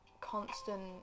constant